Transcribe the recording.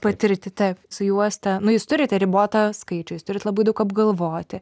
patirti taip su juosta nu jūs turite ribotą skaičių jūs turit labai daug apgalvoti